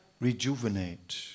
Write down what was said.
rejuvenate